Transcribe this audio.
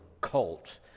cult